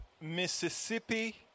Mississippi